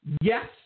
yes